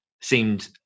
seemed